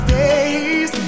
days